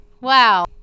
wow